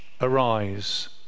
arise